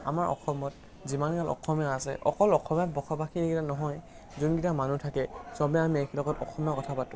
আমাৰ অসমত যিমান অসমীয়া আছে অকল অসমত বসবাসেই নহয় যোনকেইটা মানুহ থাকে সবে আমি একেলগত অসমীয়াত কথা পাতোঁ